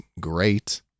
great